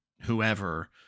whoever